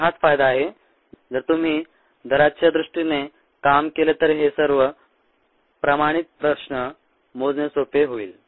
तर हाच फायदा आहे जर तुम्ही दराच्या दृष्टीने काम केले तर हे सर्व प्रमाणित प्रश्न मोजणे सोपे होईल